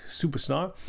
superstar